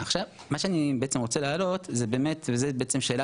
מה שאני רוצה להעלות זו שאלה